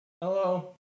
Hello